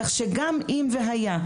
כך שגם אם והיה,